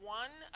one